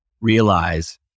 realize